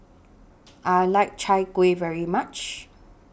I like Chai Kueh very much